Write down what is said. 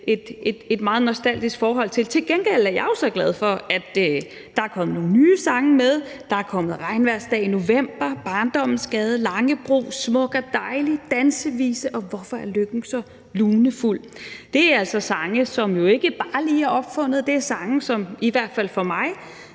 et meget nostalgisk forhold til, men til gengæld er jeg så glad for, at der er kommet nogle nye sange med. Der er kommet »Regnvejrsdag i November«, »Barndommens Gade«, »Langebro«, »Smuk og Dejlig«, »Dansevise« og »Hvorfor er Lykken så Lunefuld«. Det er altså sange, som ikke bare lige er opfundet, det er sange, som i hvert fald for mig